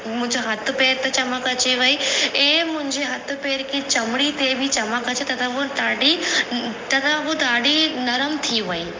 मुंहिंजा हथ पेर पे चमक अची वई ऐं मुंहिंजे हथ पेर खे चमड़ी ते बि चमक अच तथा ऐं ॾाढी तथा ऐं ॾाढी नरम थी वई